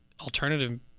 alternative